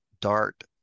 Dart